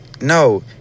no